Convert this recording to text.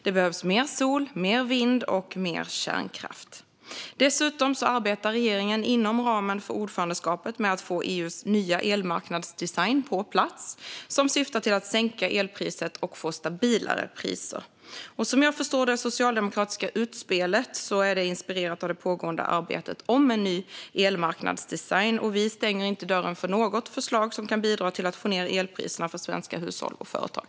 Det behövs mer sol, mer vind och mer kärnkraft. Dessutom arbetar regeringen inom ramen för ordförandeskapet med att få EU:s nya elmarknadsdesign på plats, som syftar till att sänka elpriset och få stabilare priser. Som jag förstår det socialdemokratiska utspelet är det inspirerat av det pågående arbetet med en ny elmarknadsdesign. Vi stänger inte dörren för något förslag som kan bidra till att få ned elpriserna för svenska hushåll och företag.